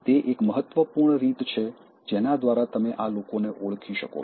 તે એક મહત્વપૂર્ણ રીત છે જેના દ્વારા તમે આ લોકોને ઓળખી શકો છો